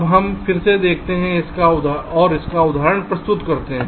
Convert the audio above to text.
अब हम फिर से देखते हैं इसका उदाहरण प्रस्तुत करते हैं